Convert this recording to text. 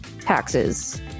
taxes